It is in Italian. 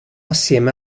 assieme